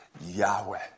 Yahweh